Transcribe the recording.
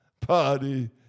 party